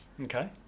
Okay